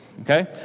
okay